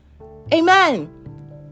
Amen